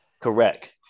Correct